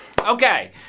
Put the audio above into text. Okay